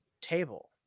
table